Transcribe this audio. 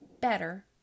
better